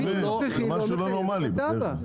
ההליך הנוכחי לא מחייב את התב"ע,